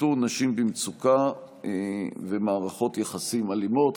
איתור נשים במצוקה ומערכות יחסים אלימות.